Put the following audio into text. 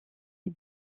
dix